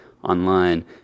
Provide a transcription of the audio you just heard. Online